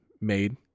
made